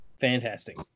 fantastic